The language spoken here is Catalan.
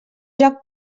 joc